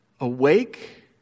awake